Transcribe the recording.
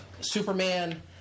Superman